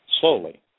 Slowly